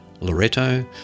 Loretto